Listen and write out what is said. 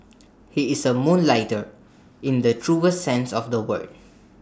he is A moonlighter in the truest sense of the word